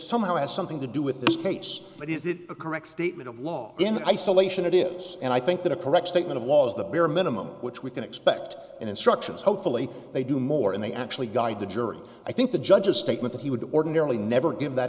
somehow has something to do with this case but is it a correct statement of law in isolation it is and i think that a correct statement was the bare minimum which we can expect and instructions hopefully they do more and they actually guide the jury i think the judge a statement that he would ordinarily never give that